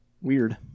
weird